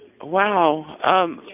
Wow